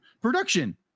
Production